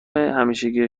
همیشگی